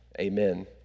Amen